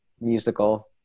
Musical